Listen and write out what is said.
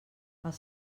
els